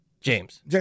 James